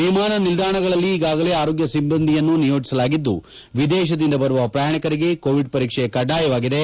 ವಿಮಾನ ನಿಲ್ದಾಣದಲ್ಲಿ ಈಗಾಗಲೇ ಆರೋಗ್ಯ ಸಿಬ್ಬಂದಿಯನ್ನು ನಿಯೋಜಿಸಲಾಗಿದ್ದು ವಿದೇಶದಿಂದ ಬರುವ ಪ್ರಯಾಣಿಕರಿಗೆ ಕೋವಿಡ್ ಪರೀಕ್ಷೆ ಕಡ್ವಾಯವಾಗಿದೆ